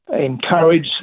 encourage